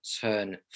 turn